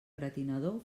gratinador